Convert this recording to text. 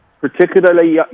particularly